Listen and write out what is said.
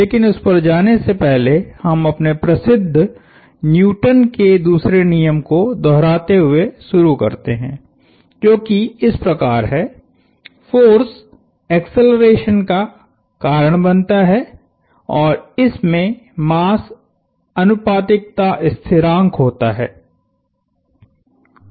लेकिन उस पर जाने से पहले हम अपने प्रसिद्ध न्यूटन के दूसरे नियम को दोहराते हुए शुरू करते हैं जो कि इस प्रकार है फोर्स एक्सेलरेशन का कारण बनता है और इसमें मास आनुपातिकता स्थिरांक होसन्दर्भ स्लाइड समय ता है